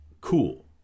cool